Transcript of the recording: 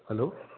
hello